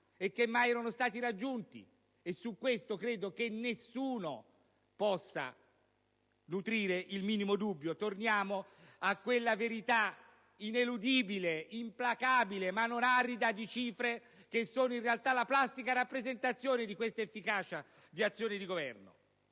che mai erano stati raggiunti (su questo credo che nessuno possa nutrire il minimo dubbio; torniamo a quella verità ineludibile, implacabile, ma non arida di cifre che sono in realtà la plastica rappresentazione dell'efficacia dell'azione di governo);